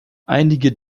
einige